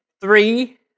three